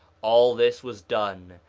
all this was done,